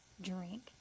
drink